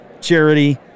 charity